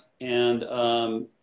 and-